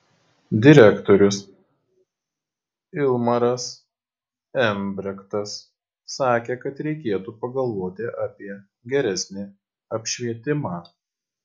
direktorius ilmaras embrektas sakė kad reikėtų pagalvoti apie geresnį apšvietimą